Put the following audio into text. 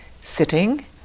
sitting